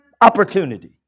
opportunity